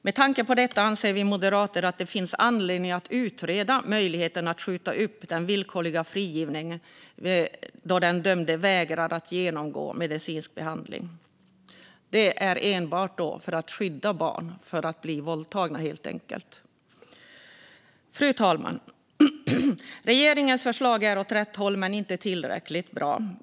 Med tanke på detta anser vi moderater att det finns anledning att utreda möjligheten att skjuta upp den villkorliga frigivningen då den dömde vägrar att genomgå medicinsk behandling. Det handlar helt enkelt om att skydda barn mot att bli våldtagna. Fru talman! Regeringens förslag är åt rätt håll men inte tillräckligt bra.